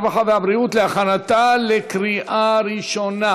הרווחה והבריאות להכנתה לקריאה ראשונה.